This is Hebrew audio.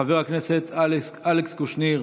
חבר הכנסת אלכס קושניר,